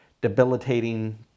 debilitating